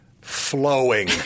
flowing